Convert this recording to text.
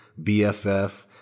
BFF